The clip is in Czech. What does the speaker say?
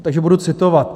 Takže budu citovat.